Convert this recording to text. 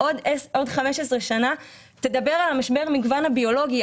בעוד 15 שנים תדבר על משבר המגוון הביולוגי.